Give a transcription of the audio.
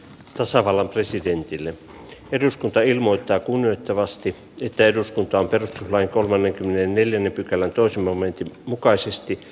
tasavallan presidentille eduskunta ilmoittaa kunnioittavasti että eduskunta on tehnyt vain kolmenkymmenenneljännen pykälän toisen momentin mukaisesti